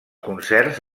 concerts